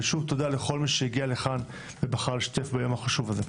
ושוב תודה לכל מי שהגיע לכאן ובחר להשתתף ביום החשוב הזה,